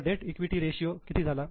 तर debt equity ratio किती झाला